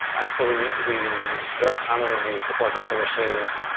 and so we we very commonly used support vector machines,